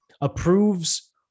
approves